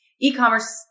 E-commerce